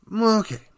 okay